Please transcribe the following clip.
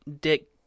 Dick